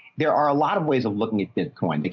there are a lot of ways of looking at bitcoin. they can,